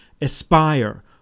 aspire